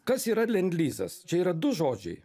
kas yra lendlizas čia yra du žodžiai